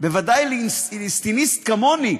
בוודאי לאיסטניס כמוני,